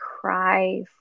cry